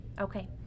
okay